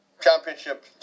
championship